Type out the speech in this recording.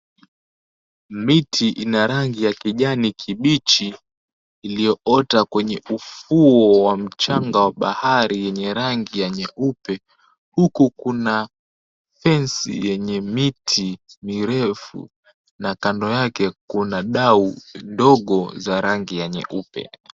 Miti ina rangi ya kijani kibichi iliyoota kwenye ufuo wa mchanga wa bahari yenye rangi ya nyeupe, huku kuna fensi yenye miti mirefu na kando yake kuna dau dogo za rangi ya nyeupe.